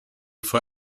for